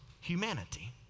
humanity